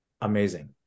amazing